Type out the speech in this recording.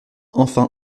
enfin